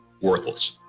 worthless